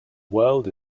world